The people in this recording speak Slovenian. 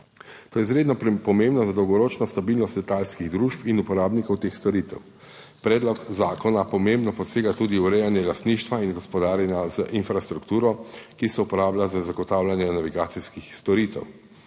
To je izredno pomembno za dolgoročno stabilnost letalskih družb in uporabnikov teh storitev. Predlog zakona pomembno posega tudi v urejanje lastništva in gospodarjenja z infrastrukturo, ki se uporablja za zagotavljanje navigacijskih storitev.